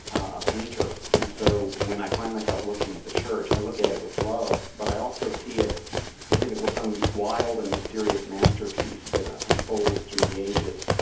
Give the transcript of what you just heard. a painter, and so when i find myself looking at the church, i look at it with love, but i also see it as if it were some wild and mysterious masterpiece that unfolds through the ages.